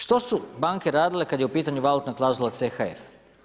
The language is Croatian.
Što su banke radile kad je u pitanju valutna klauzula CHF?